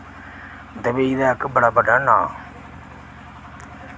Dubai दा इक बड़ा बड्डा नांऽ